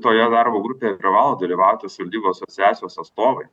toje darbo grupėje privalo dalyvauti savivaldybės sesės atstovai